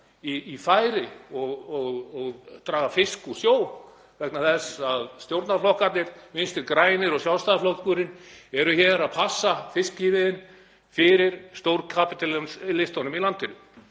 í færi og draga fisk úr sjó vegna þess að stjórnarflokkarnir, Vinstri grænir og Sjálfstæðisflokkurinn, eru hér að passa fiskimiðin fyrir stórkapítalistana í landinu.